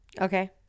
Okay